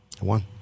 One